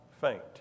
faint